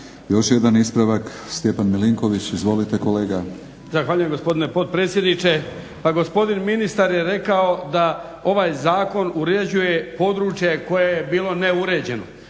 Još jedan ispravak, Stjepan Milinković. Izvolite kolega. **Milinković, Stjepan (HDZ)** Zahvaljujem gospodine potpredsjedniče. Pa gospodin ministar je rekao da ovaj zakon uređuje područje koje je bilo neuređeno.